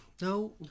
No